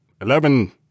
eleven